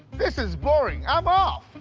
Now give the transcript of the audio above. this is boring, i'm off!